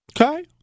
Okay